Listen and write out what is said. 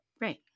Right